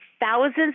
thousands